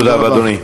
תודה רבה, אדוני.